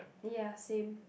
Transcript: ya same